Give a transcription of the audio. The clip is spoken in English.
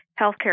healthcare